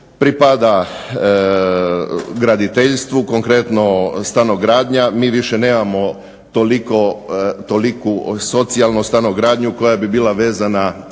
pripada graditeljstvu, konkretno stanogradnja. Mi više nemamo toliku socijalnu stanogradnju koja bi bila vezana